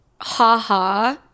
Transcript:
haha